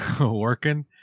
working